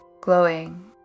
glowing